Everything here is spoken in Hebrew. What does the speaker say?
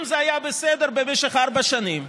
אם זה היה בסדר במשך ארבע שנים,